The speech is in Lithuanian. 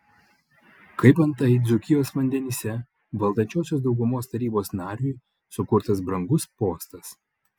kaip antai dzūkijos vandenyse valdančiosios daugumos tarybos nariui sukurtas brangus postas